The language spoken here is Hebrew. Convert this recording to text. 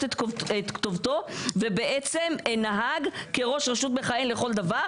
את כתובתו ובעצם נהג כראש רשות מכהן לכל דבר